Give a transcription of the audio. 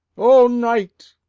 o night,